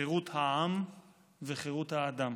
חירות העם וחירות האדם.